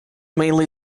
mainly